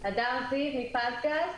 הדר זיו, מפזגז.